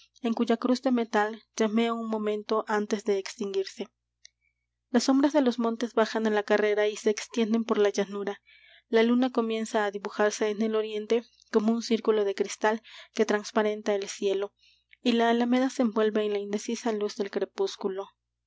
en cuya cruz de metal llamea un momento antes de extinguirse las sombras de los montes bajan á la carrera y se extienden por la llanura la luna comienza á dibujarse en el oriente como un círculo de cristal que transparenta el cielo y la alameda se envuelve en la indecisa luz del crepúsculo